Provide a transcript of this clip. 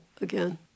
again